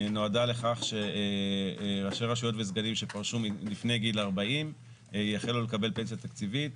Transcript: נועדה לכך שראשי רשויות וסגנים שפרשו לפני גיל 40 יחלו לקבל פנסיה תקציבית